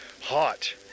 Hot